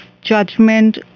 judgment